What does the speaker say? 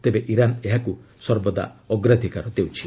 ତେବେ ଇରାନ ଏହାକୁ ସର୍ବଦା ଅଗ୍ରାଧିକାର ଦେଉଛି